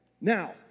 Now